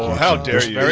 how dare yeah